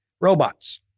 Robots